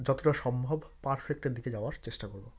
যতটা সম্ভব পারফেক্টের দিকে যাওয়ার চেষ্টা করব